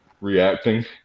reacting